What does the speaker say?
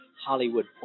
Hollywood